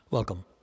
Welcome